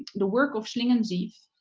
the work of schlingensief.